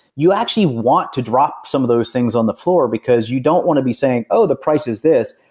you actually want to drop some of those things on the floor, because you don't want to be saying, oh, the price is this,